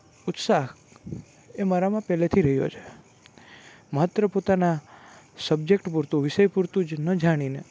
ઉત્સાહ એ મારામાં પહેલેથી રહ્યો છે માત્ર પોતાના સબ્જેક્ટ પૂરતું વિષય પૂરતું જ ન જાણીને